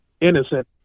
innocent